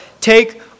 take